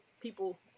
people